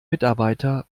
mitarbeiter